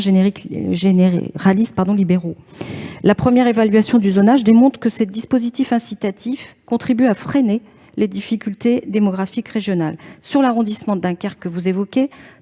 généralistes libéraux. La première évaluation du zonage montre que ces dispositifs incitatifs contribuent à freiner les difficultés démographiques régionales. Dans l'arrondissement de Dunkerque, 39 médecins